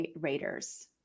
Raiders